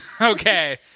Okay